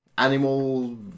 Animal